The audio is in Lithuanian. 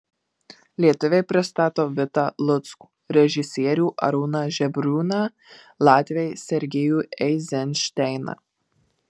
lietuviai pristato vitą luckų režisierių arūną žebriūną latviai sergejų eizenšteiną